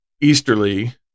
easterly